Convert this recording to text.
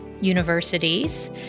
universities